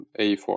A4